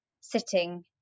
sitting